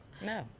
no